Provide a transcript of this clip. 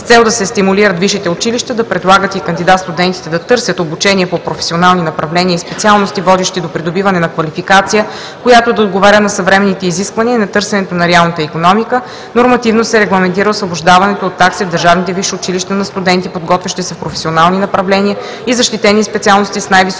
С цел да се стимулират висшите училища да предлагат и кандидат-студентите да търсят обучение по професионални направления и специалности, водещи до придобиване на квалификация, която да отговаря на съвременните изисквания и на търсенето на реалната икономика, нормативно се регламентира освобождаването от такси в държавните висши училища на студенти, подготвящи се в професионални направления и защитени специалности с най-висок